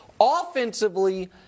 Offensively